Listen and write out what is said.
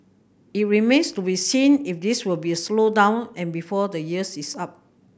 it remains to be seen if this will be a slowdown and before the years is up